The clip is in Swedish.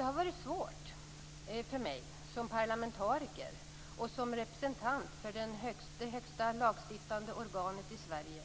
Det har varit svårt för mig som parlamentariker och som representant för det högsta lagstiftande organet i Sverige